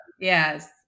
Yes